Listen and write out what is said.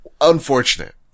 unfortunate